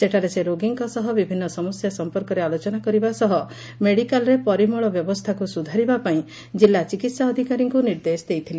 ସେଠାରେ ସେ ରୋଗୀଙ୍କ ସହ ବିଭିନ୍ନ ସମସ୍ୟା ସମ୍ପର୍କରେ ଆଲୋଚନା କରିବା ସହ ମେଡ଼ିକାଲରେ ପରିମଳ ବ୍ୟବସ୍ଛାକୁ ସୁଧାରିବା ପାଇଁ ଜିଲ୍ଲା ଚିକିସା ଅଧିକାରୀଙ୍କୁ ନିର୍ଦ୍ଦେଶ ଦେଇଥିଲେ